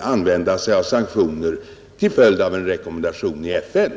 använda sig av sanktioner till följd av en rekommendation i FN.